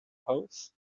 house